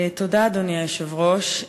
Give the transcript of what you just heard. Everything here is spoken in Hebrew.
תודה, אדוני היושב-ראש.